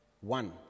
One